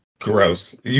gross